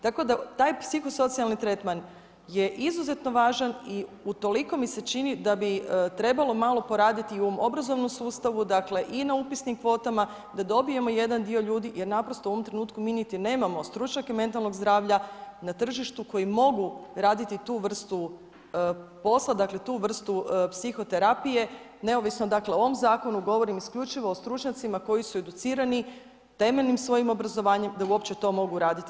Tako da taj psihosocijalni tretman je izuzetno važan i utoliko mi se čini da bi trebalo malo poraditi i u obrazovnom sustavu, dakle i na upisnim kvotama da dobijemo jedan dio ljudi jer naprosto u ovom trenutku mi niti nemamo stručnjake mentalnog zdravlja na tržištu koji mogu raditi tu vrstu posla, dakle tu vrstu psihoterapije neovisno o ovom zakonu, govorim isključivo o stručnjacima koji su educirani temeljnim svojim obrazovanjem da uopće to mogu raditi.